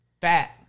fat